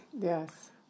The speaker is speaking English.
Yes